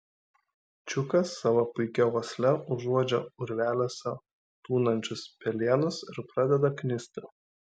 čiukas savo puikia uosle užuodžia urveliuose tūnančius pelėnus ir pradeda knisti